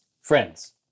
Friends